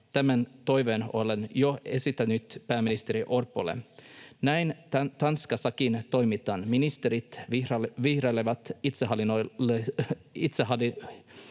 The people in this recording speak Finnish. Tämän toiveen olen jo esittänyt pääministeri Orpolle. Näin Tanskassakin toimitaan: ministerit vierailevat itsehallinnollisilla